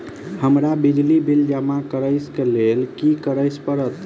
हमरा बिजली बिल जमा करऽ केँ लेल की करऽ पड़त?